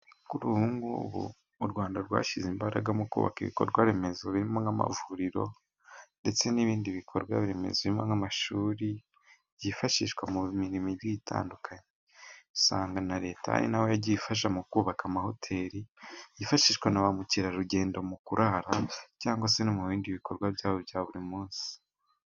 Kuri ubu ngubu, u Rwanda rwashyize imbaraga mu kubaka ibikorwa remezo, birimo amavuriro ndetse n'ibindi bikorwa reremezo nk'amashuri, byifashishwa mu mirimo igiye itandukanye. Usanga na Leta yaragiye ifasha mu kubaka amahoteli yifashishwa na ba mukerarugendo mu kurara, cyangwa se no mu bindi bikorwa byabo bya buri munsi.